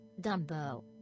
Dumbo